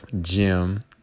Jim